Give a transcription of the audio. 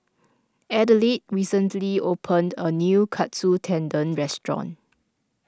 Adelaide recently opened a new Katsu Tendon restaurant